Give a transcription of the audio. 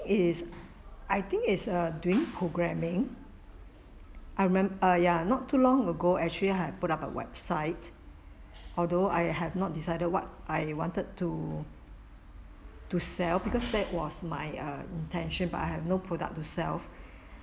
is I think is uh doing programming I remem~ ah ya not too long ago actually I put up a website although I have not decided what I wanted to to sell because that was my uh intention but I have no product to sell